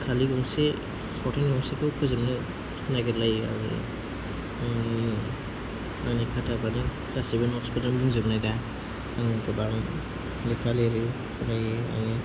खालि गंसे फावथेन गंसेखौ फोजोबनो नागिरलायो आङो आंनि खाथाफोरा गासैबो नट्सफोरजों बुंजोबनाय दा आङो गोबां लेखा लिरो फरायो आं